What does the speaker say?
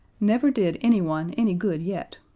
never did anyone any good yet.